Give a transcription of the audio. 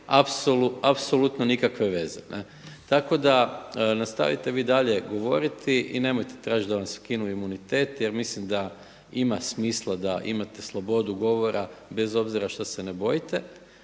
apsolutno nikakve veze, tako da nastavite vi dalje govoriti i nemojte tražiti da vam skinu imunitet jer mislim da ima smisla da imate slobodu govora bez obzira šta se ne bojite